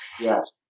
Yes